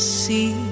see